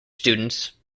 students